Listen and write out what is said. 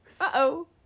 uh-oh